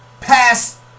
pass